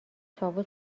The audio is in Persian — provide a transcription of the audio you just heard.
طاووس